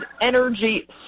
energy